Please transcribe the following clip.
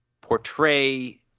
portray